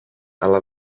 αλλά